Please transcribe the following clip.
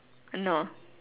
no